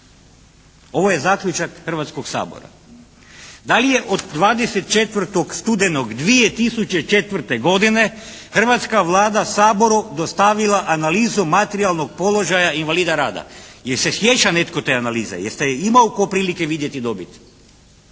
ovo je Zaključak Hrvatskog sabora. Da li je od 24. studenog 2004. godine hrvatska Vlada Saboru dostavila analizu materijalnog položaja invalida rada? Jel se sjeća netko te analize, jeste ju imali tko prilike vidjeti i dobiti?